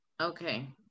okay